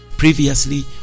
Previously